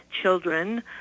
children